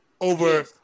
over